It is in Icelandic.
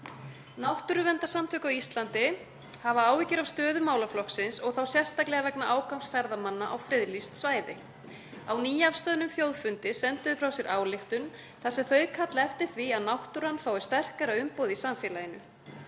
Náttúruverndarsamtök á Íslandi hafa áhyggjur af stöðu málaflokksins og þá sérstaklega vegna ágangs ferðamanna á friðlýst svæði. Á nýafstöðnum þjóðfundi sendu þau frá sér ályktun þar sem þau kalla eftir því að náttúran fái sterkara umboð í samfélaginu.